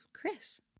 Chris